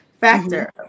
factor